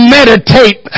meditate